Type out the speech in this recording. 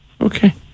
Okay